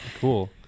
Cool